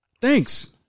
thanks